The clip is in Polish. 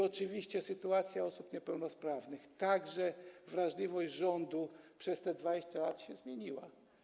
Oczywiście sytuacja osób niepełnosprawnych, a także wrażliwość rządu przez te 20 lat się zmieniły.